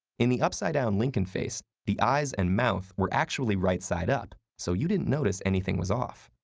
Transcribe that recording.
in the upside down lincoln face, the eyes and mouth were actually right side up, so you didn't notice anything was off.